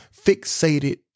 fixated